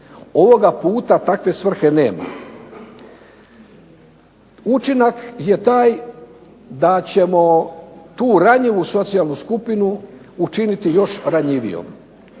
Ovoga puta takve svrhe nema. Učinak je taj da ćemo tu ranjivu socijalnu skupinu učiniti još ranjivijom.